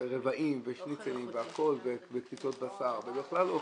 שניצלים והכול וקציצות בשר, ובכלל אוכל.